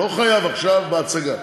אני לא חייב עכשיו בהצגה.